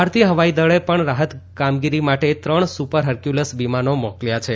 ભારતીય હવાઈદળે પણ રાહત કામગીરી માટે ત્રણ સુપર હરક્યુલીસ વિમાનો મોકલ્યા છે